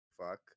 Fuck